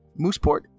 Mooseport